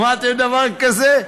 שמעתם דבר כזה?